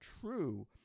true